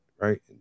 right